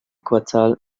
quartal